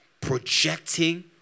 projecting